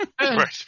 Right